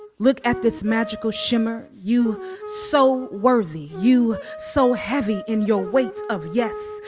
look at this magical shimmer. you so worthy. you so heavy in your weight of yes.